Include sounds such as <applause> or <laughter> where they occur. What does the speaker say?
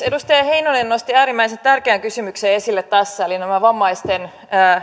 <unintelligible> edustaja heinonen nosti äärimmäisen tärkeän kysymyksen esille tässä eli nämä vammaisten